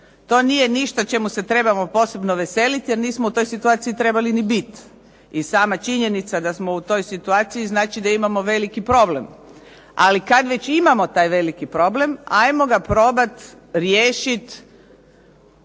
To nije ništa čemu se trebamo posebno veseliti, jer nismo u toj situaciji trebali ni biti. I sama činjenica da smo u toj situaciji znači da imamo veliki problem. Ali kada već imamo taj veliki problem, 'ajmo ga probati riješiti